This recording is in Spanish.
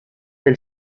del